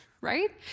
right